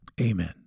amen